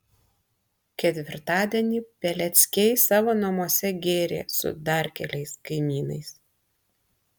ketvirtadienį peleckiai savo namuose gėrė su dar keliais kaimynais